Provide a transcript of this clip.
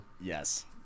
Yes